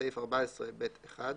בסעיף 14(ב)(1),